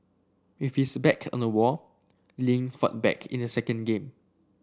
if his back on the wall Lin fought back in the second game